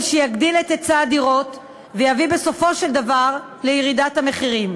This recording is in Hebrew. שיגדיל את היצע הדירות ויביא בסופו של דבר לירידת המחירים.